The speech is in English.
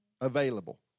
available